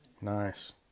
Nice